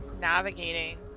navigating